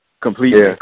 completely